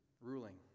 ruling